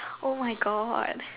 oh my God